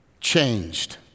changed